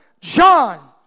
John